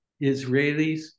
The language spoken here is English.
Israelis